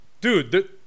dude